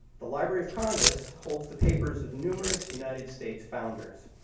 the library of congress holds the papers of numerous united states founders,